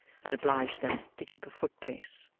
and obliged them to keep a footpace.